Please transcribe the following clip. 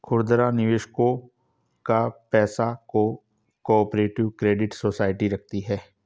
खुदरा निवेशकों का पैसा को ऑपरेटिव क्रेडिट सोसाइटी रखती है